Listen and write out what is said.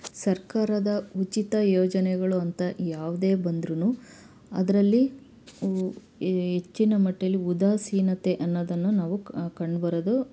ಸರ್ಕಾರದ ಉಚಿತ ಯೋಜನೆಗಳು ಅಂತ ಯಾವುದೇ ಬಂದ್ರು ಅದರಲ್ಲಿ ಊ ಹೆಚ್ಚಿನ ಮಟ್ದಲ್ಲಿ ಉದಾಸೀನತೆ ಅನ್ನೋದನ್ನು ನಾವು ಕಂಡ್ ಬರೋದು